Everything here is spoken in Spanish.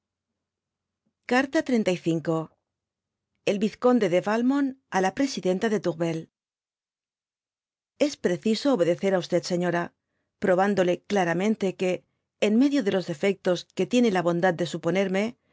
carta xxxv mi vizconde de valmont á la presidenta de tourpel hjs preciso obedecer á señora probándole claramente que en medio de los defectos que tiene la bondad de suponerme